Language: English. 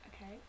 Okay